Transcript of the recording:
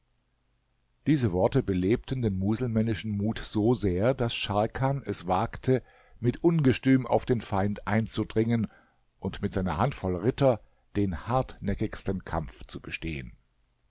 diese worte belebten den muselmännischen mut so sehr daß scharkan es wagte mit ungestüm auf den feind einzudringen und mit seiner handvoll ritter den hartnäckigsten kampf zu bestehen